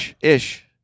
Ish